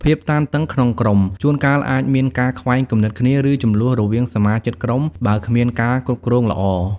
ភាពតានតឹងក្នុងក្រុម ជួនកាលអាចមានការខ្វែងគំនិតគ្នា ឬជម្លោះរវាងសមាជិកក្រុម បើគ្មានការគ្រប់គ្រងល្អ។